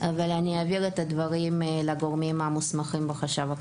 אבל אני אעביר את הדברים לגורמים המוסמכים בחשב הכללי.